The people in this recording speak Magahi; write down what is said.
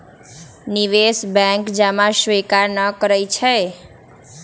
निवेश बैंक जमा स्वीकार न करइ छै